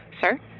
Sir